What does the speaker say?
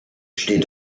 steht